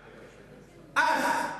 אז.